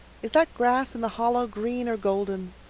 is that grass in the hollow green or golden?